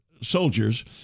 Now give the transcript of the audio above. soldiers